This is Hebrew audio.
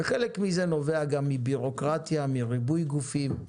וחלק מזה נובע גם מבירוקרטיה, מריבוי גופים,